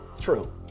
True